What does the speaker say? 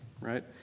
right